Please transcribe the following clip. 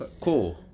Cool